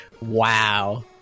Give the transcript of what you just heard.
Wow